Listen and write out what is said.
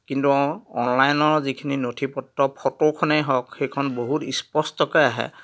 কিন্তু অনলাইনৰ যিখিনি নথি পত্ৰ ফটোখনে হওক সেইখন বহুত ইস্পষ্টকে আহে